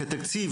כי התקציב,